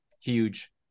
huge